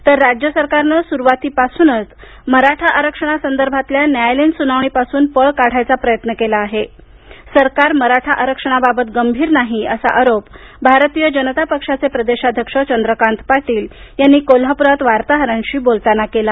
तर राज्य सरकारनं सुरवातीपासूनच मराठा आरक्षणासंदर्भातल्या न्यायालयीन सुनावणीपासून पळ काढायचा प्रयत्न केला आहे सरकार मराठा आरक्षणाबाबत गंभीर नाही असा आरोप भारतीय जनता पक्षाचे प्रदेशाध्यक्ष चंद्रकांत पाटील यांनी कोल्हापुरात बार्ताहरांशी बोलताना केला